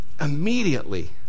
Immediately